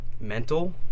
mental